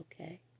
okay